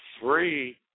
three